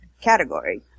category